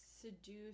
seduce